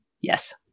Yes